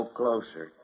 closer